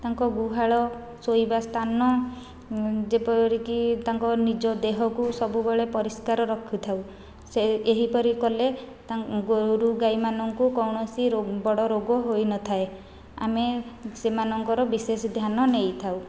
ତାଙ୍କ ଗୁହାଳ ଶୋଇବା ସ୍ଥାନ ଯେପରିକି ତାଙ୍କ ନିଜ ଦେହକୁ ସବୁବେଳେ ପରିଷ୍କାର ରଖିଥାଉ ସେ ଏହିପରି କଲେ ଗୋରୁ ଗାଈ ମାନଙ୍କୁ କୌଣସି ବଡ଼ ରୋଗ ହୋଇନଥାଏ ଆମେ ସେମାନଙ୍କର ବିଶେଷ ଧ୍ୟାନ ନେଇଥାଉ